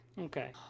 okay